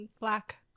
black